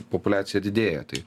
populiacija didėja tai